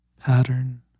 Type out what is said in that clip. pattern